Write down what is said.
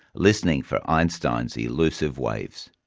listening for einstein's elusive waves.